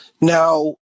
Now